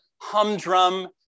humdrum